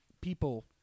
people